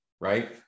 right